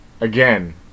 again